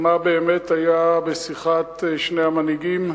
מה באמת היה בשיחת שני המנהיגים,